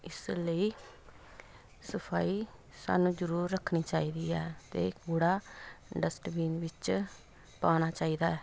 ਇਸ ਲਈ ਸਫਾਈ ਸਾਨੂੰ ਜ਼ਰੂਰ ਰੱਖਣੀ ਚਾਹੀਦੀ ਹੈ ਅਤੇ ਕੂੜਾ ਡਸਟਬੀਨ ਵਿੱਚ ਪਾਉਣਾ ਚਾਹੀਦਾ